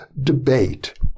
debate